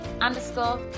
underscore